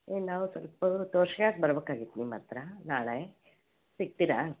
ಏ ನಾವು ಸ್ವಲ್ಪ ತೋರ್ಸಾಕ ಬರ್ಬೇಕಾಗಿತ್ತು ನಿಮ್ಮ ಹತ್ತಿರ ನಾಳೆ ಸಿಗ್ತೀರಾ